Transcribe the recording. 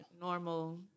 normal